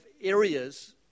areas